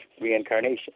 reincarnation